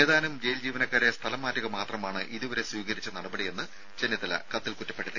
ഏതാനും ജയിൽ ജീവനക്കാരെ സ്ഥലം മാറ്റുക മാത്രമാണ് ഇതുവരെ സ്വീകരിച്ച നടപടിയെന്ന് ചെന്നിത്തല കത്തിൽ കുറ്റപ്പെടുത്തി